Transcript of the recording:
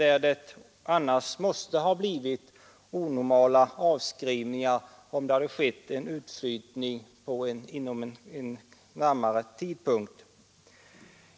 En utflyttning vid mera näraliggande tidpunkt skulle ha fört med sig onormala avskrivningar.